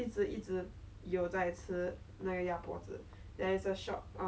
what do you want to see in australia so you want to mainly see the coffee seeds